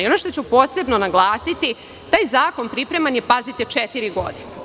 Ono što ću posebno naglasiti, taj zakon pripreman je, pazite, četiri godine.